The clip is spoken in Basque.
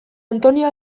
antonio